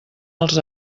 els